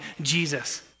Jesus